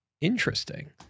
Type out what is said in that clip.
Interesting